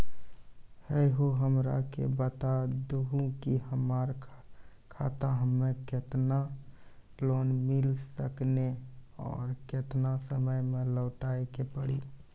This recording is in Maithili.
है हो हमरा के बता दहु की हमार खाता हम्मे केतना लोन मिल सकने और केतना समय मैं लौटाए के पड़ी?